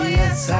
yes